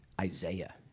Isaiah